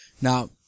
Now